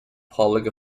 public